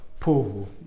Povo